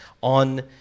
on